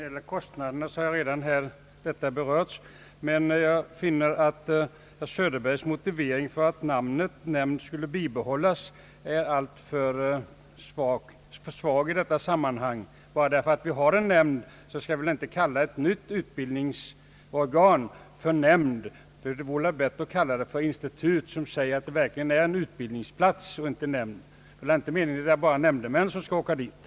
Herr talman! Jag har redan berört kostnaderna. Jag finner att herr Söderbergs motivering för att namnet nämnd skall bibehållas är alltför svag i detta sammanhang. Bara för att vi redan har en nämnd skall vi väl inte kalla ett nytt utbildningsorgan för nämnd utan för institut, som verkligen säger att det är en utbildningsplats. Det är väl inte bara nämndemän som skall gå där.